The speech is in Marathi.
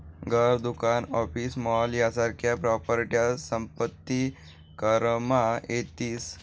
घर, दुकान, ऑफिस, मॉल यासारख्या प्रॉपर्ट्या संपत्ती करमा येतीस